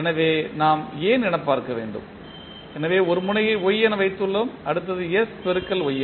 எனவே நாம் ஏன் என பார்ப்போம் எனவே ஒரு முனையை Y என வைத்துள்ளோம் அடுத்தது s பெருக்கல் Ys